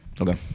Okay